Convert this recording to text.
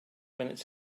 minutes